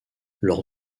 lors